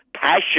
passion